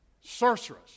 sorceress